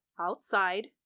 outside